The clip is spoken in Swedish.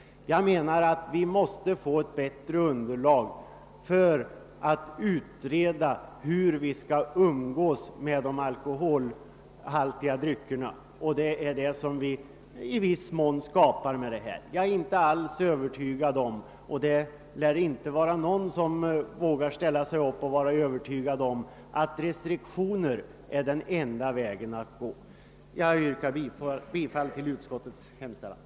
Jag menar att vi måste få ett bättre underlag för att utreda hur vi skall umgås med de alkoholhaltiga dryckerna, och det kan vi i viss mån skapa på denna väg. Jag är inte alls övertygad om — det lär ingen våga vara — att restriktioner är den enda vägen att gå i detta avseende. Jag ber att få yrka bifall till utskottets hemställan.